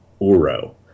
Uro